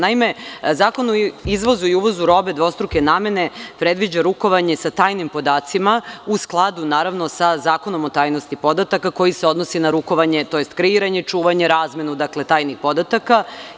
Naime, zakon o izvozu i uvozu robe dvostruke namene predviđa rukovanje sa tajnim podacima, u skladu sa Zakonom o tajnosti podataka, koji se odnosi na rukovanje tj. kreiranje, čuvanje, razmenu tajnih podataka.